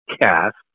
cast